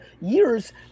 years